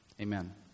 Amen